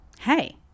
hey